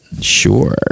Sure